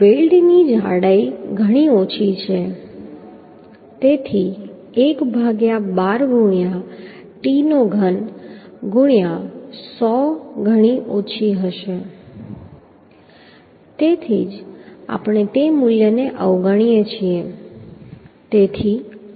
વેલ્ડની જાડાઈ ઘણી ઓછી છે તેથી 1 ભાગ્યા 12 ગુણ્યા t નો ઘન ગુણ્યા 100 ઘણી ઓછી હશે તેથી જ આપણે તે મૂલ્યને અવગણીએ છીએ